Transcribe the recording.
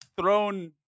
thrown –